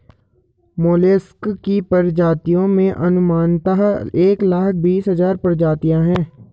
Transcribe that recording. mollusc की प्रजातियों में अनुमानतः एक लाख बीस हज़ार प्रजातियां है